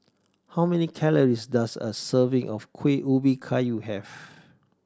how many calories does a serving of Kueh Ubi Kayu have